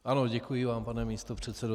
Ano, děkuji vám, pane místopředsedo.